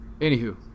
anywho